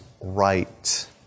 right